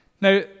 Now